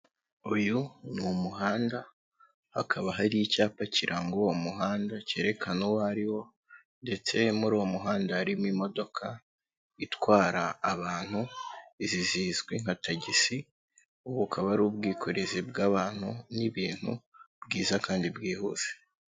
Uyu ni umuhanda, hakaba hari icyapa kiranga uwo umuhanda, cyerekana uwo ari wo ndetse muri uwo muhanda harimo imodoka itwara abantu, izi zizwi nka tagisi, ubu bakaba ari ubwikorezi bw'abantu n'ibintu bwiza kandi bwihuse.